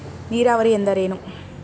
ನೀರಾವರಿ ಎಂದರೇನು?